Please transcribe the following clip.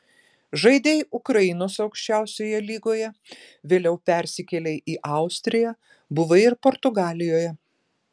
žaidei ukrainos aukščiausioje lygoje vėliau persikėlei į austriją buvai ir portugalijoje